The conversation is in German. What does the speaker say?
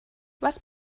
was